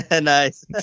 Nice